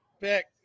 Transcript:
Pick